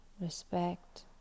respect